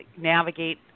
navigate